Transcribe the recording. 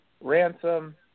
ransom